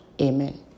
amen